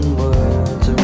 words